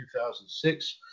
2006